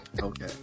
Okay